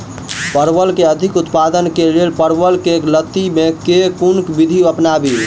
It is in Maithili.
परवल केँ अधिक उत्पादन केँ लेल परवल केँ लती मे केँ कुन विधि अपनाबी?